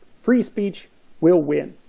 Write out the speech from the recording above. free speech will win.